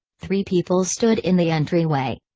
three people stood in the entryway.